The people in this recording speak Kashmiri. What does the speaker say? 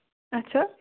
اَچھا